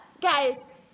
Guys